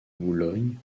boulogne